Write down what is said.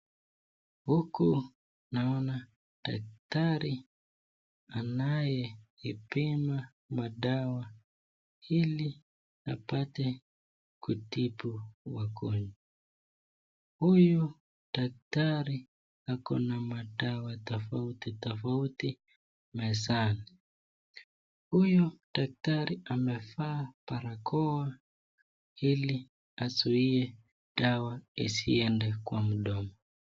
Huku naona daktari anayeipima madawa ili apate kutibu wagonjwa. Huyu daktari ako na madawa tofauti tofauti mezani. Huyu daktari amevaa barakoa ili azuie dawa isiende kwa mdomo.